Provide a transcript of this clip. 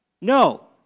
No